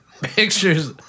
pictures